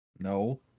No